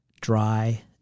dry